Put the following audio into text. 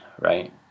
right